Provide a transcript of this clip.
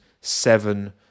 seven